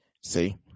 See